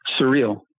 surreal